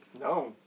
No